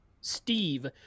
steve